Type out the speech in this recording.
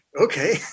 okay